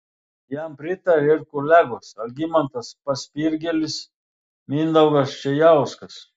jam pritarė ir kolegos algimantas paspirgėlis mindaugas čėjauskas